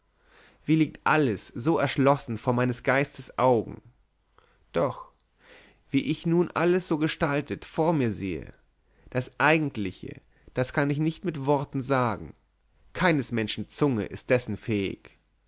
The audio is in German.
wie liegt alles so erschlossen vor meines geistes augen doch wie ich nun alles so gestaltet vor mir sehe das eigentliche das kann ich nicht mit worten sagen keines menschen zunge ist dessen fähig